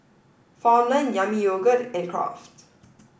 Farmland Yami Yogurt and Kraft